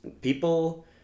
people